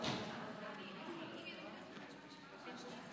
איזה מזל שזה